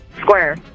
square